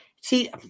See